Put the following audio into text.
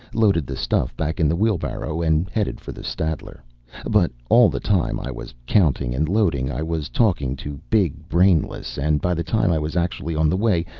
loaded the stuff back in the wheelbarrow and headed for the statler but all the time i was counting and loading, i was talking to big brainless and by the time i was actually on the way,